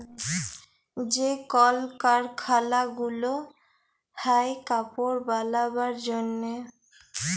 যে কল কারখালা গুলা হ্যয় কাপড় বালাবার জনহে